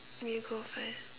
you go first